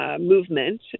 movement